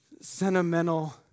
sentimental